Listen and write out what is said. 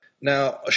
Now